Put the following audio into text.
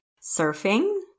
Surfing